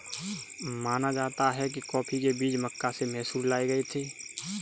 माना जाता है कि कॉफी के बीज मक्का से मैसूर लाए गए थे